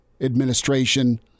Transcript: administration